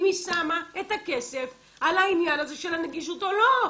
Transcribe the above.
היא שמה את הכסף על העניין הזה של הנגישות או לא.